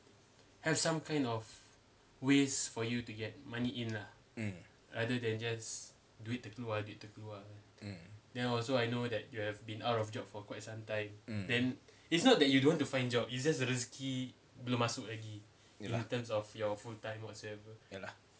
mm mm mm ya lah ya lah